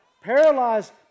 paralyzed